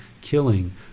killing